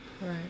Right